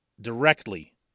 directly